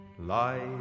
Life